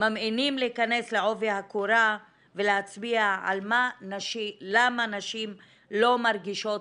ממאנים להיכנס לעובי הקורה ולהצביע על למה נשים לא מרגישות